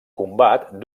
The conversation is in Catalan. combat